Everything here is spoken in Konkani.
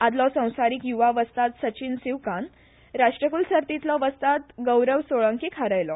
आदलो संवसारीक युवा वस्ताद सचीन सिवकान राष्ट्रकूल सर्तींतलो वस्ताद गौरव सोळंकीक हायलो